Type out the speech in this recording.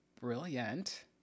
Brilliant